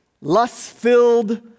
lust-filled